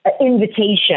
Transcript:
invitation